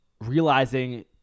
realizing